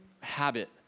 habit